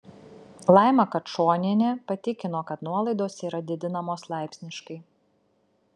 laima kačonienė patikino kad nuolaidos yra didinamos laipsniškai